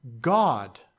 God